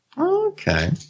Okay